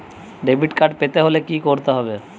Debit card পেতে হলে কি করতে হবে?